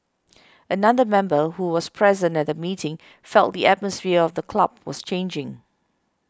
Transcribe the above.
another member who was present at the meeting felt the atmosphere of the club was changing